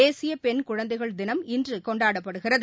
தேசியபெண் குழந்தைகள் தினம் இன்றுகொண்டாடப்படுகிறது